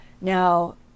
now